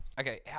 okay